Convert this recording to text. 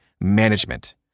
management